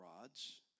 rods